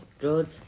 Good